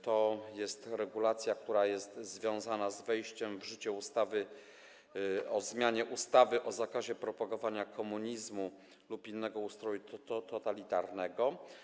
To jest regulacja, która jest związana z wejściem w życie ustawy o zmianie ustawy o zakazie propagowania komunizmu lub innego ustroju totalitarnego.